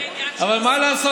זה עניין של, אבל מה לעשות.